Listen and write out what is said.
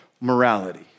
morality